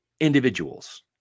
individuals